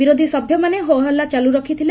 ବିରୋଧୀ ସଭ୍ୟମାନେ ହୋହାଲ୍ଲୁ ଚାଲୁ ରଖିଥିଲେ